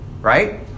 Right